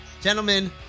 Gentlemen